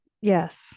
Yes